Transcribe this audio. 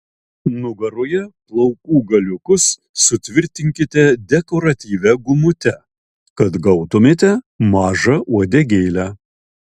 nugaroje plaukų galiukus sutvirtinkite dekoratyvia gumute kad gautumėte mažą uodegėlę